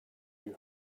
you